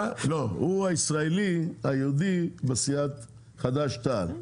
הוא הישראלי היהודי בסיעת חד"ש-תע"ל,